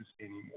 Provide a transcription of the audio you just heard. anymore